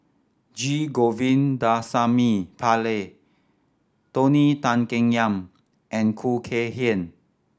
G Govindasamy Pillai Tony Tan Keng Yam and Khoo Kay Hian